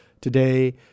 today